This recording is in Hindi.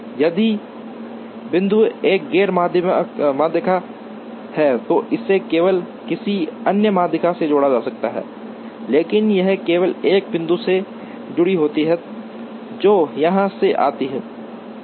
यदि बिंदु एक गैर माध्यिका है तो इसे केवल किसी अन्य मध्यिका से जोड़ा जा सकता है लेकिन यह केवल एक बिंदु से जुड़ी होती है जो यहां से आती है